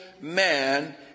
man